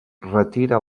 retira